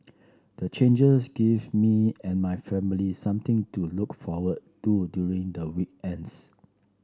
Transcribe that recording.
the changes give me and my family something to look forward to during the weekends